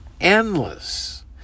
endless